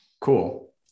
Cool